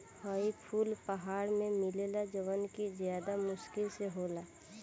हई फूल पहाड़ में मिलेला जवन कि ज्यदा मुश्किल से होला